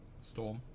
storm